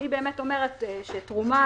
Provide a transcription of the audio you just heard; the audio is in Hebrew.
שהיא באמת אומרת שתרומה,